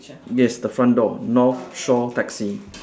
yes the front door north shore taxi